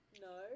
no